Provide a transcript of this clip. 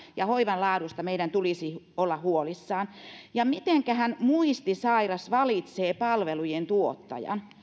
ja hoivansa laadusta meidän tulisi olla huolissamme mitenkähän muistisairas valitsee palveluntuottajan